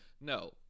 No